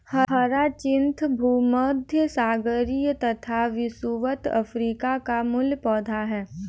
hyacinth भूमध्यसागरीय तथा विषुवत अफ्रीका का मूल पौधा है